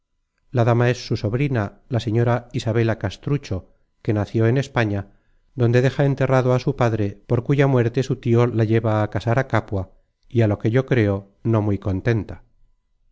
la dama es su sobrina la señora isabela castrucho que nació en españa donde deja enterrado a su padre por cuya muerte su tio la lleva á casar á capua y á lo que yo creo no muy contenta